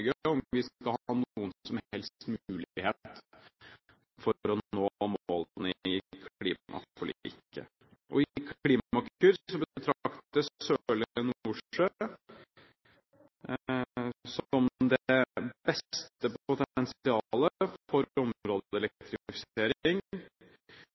vi skal ha noen som helst mulighet for å nå målene i klimaforliket. I Klimakur betraktes Sørlige Nordsjø som det beste potensialet for områdeelektrifisering, og det til en pris på